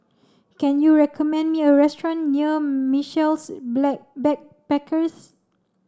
can you recommend me a restaurant near Michaels Black Backpackers